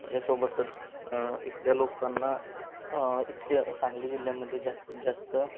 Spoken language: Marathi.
त्याच्यासोबतच इथल्या लोकांना इथल्या सांगली जिल्ह्यामध्ये जास्तीत जास्त